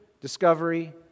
discovery